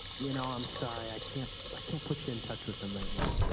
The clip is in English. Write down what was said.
you know, i'm sorry. i can't but can't put you in touch with them right now.